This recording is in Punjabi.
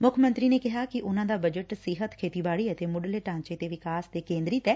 ਮੁੱਖ ਮੰਤਰੀ ਨੇ ਕਿਹਾ ਕਿ ਉਨਾਂ ਦਾ ਬਜਟ ਸਿਹਤ ਖੇਤੀਬਾੜੀ ਅਤੇ ਮੁੱਢਲੇ ਢਾਂਚੇ ਦੇ ਵਿਕਾਸ ਤੇ ਕੇਂਦਰਿਤ ਐ